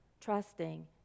trusting